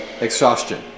exhaustion